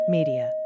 Media